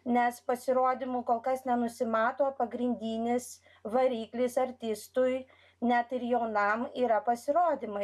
nes pasirodymų kol kas nenusimato pagrindinis variklis artistui net ir jaunam yra pasirodymai